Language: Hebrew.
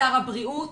לשר הבריאות,